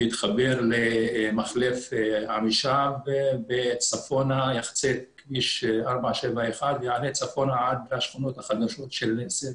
ויתחבר למחלף עמישב וצפונה יחצה את כביש 471. יעלה צפונה עד השכונות החדשות של סירקין.